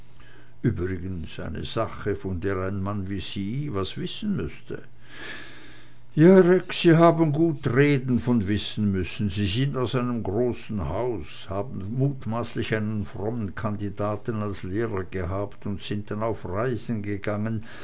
übrigens eine sache von der ein mann wie sie was wissen müßte ja rex sie haben gut reden von wissen müssen sie sind aus einem großen hause haben mutmaßlich einen frommen kandidaten als lehrer gehabt und sind dann auf reisen gegangen